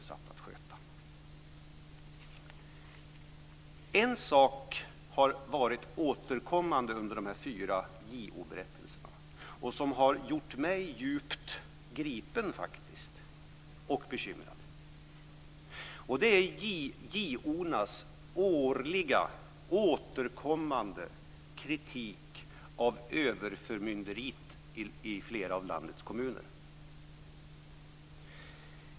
En sak som har varit återkommande i de fyra JO berättelserna och som har gjort mig djupt bekymrad är justitieombudsmännens årliga kritik av överförmyndarverksamheten i flera av landets kommuner.